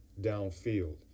downfield